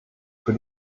für